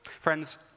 Friends